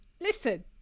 listen